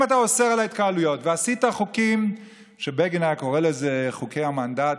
אם אתה אוסר התקהלויות ועשית חוקים שבגין היה קורא להם חוקי המנדט,